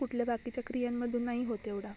कुठल्या बाकीच्या क्रियांमधून नाही होत एवढा